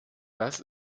das